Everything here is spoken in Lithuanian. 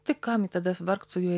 tai kam tada vargt su juo ir